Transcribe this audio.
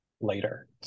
later